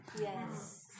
Yes